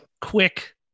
quick